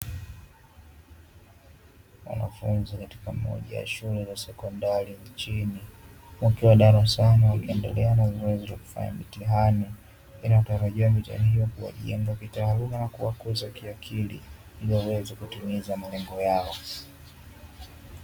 Wanafunzi katika moja ya shule za sekondari nchini wakiwa darasani wakiendelea na zoezi la kufanya mitihani inayotarajiwa mitihani hiyo kuwajenga kitaaluma na kuwakuza kiakili ili waweze kutimiza malengo yao.